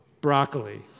Broccoli